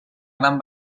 gran